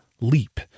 leap